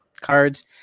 cards